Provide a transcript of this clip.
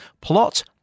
Plot